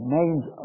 names